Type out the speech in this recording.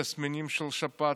ותסמינים של שפעת,